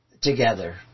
together